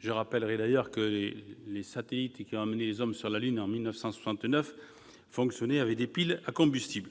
Je rappellerai d'ailleurs que les satellites qui ont amené en 1969 les hommes sur la lune fonctionnaient avec des piles à combustible.